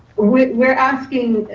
we're we're asking,